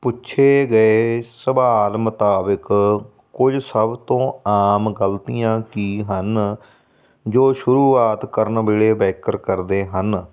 ਪੁੱਛੇ ਗਏ ਸਵਾਲ ਮੁਤਾਬਿਕ ਕੁਝ ਸਭ ਤੋਂ ਆਮ ਗਲਤੀਆਂ ਕੀ ਹਨ ਜੋ ਸ਼ੁਰੂਆਤ ਕਰਨ ਵੇਲੇ ਬੈਕਰ ਕਰਦੇ ਹਨ